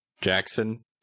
Jackson